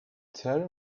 taran